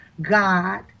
God